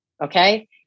Okay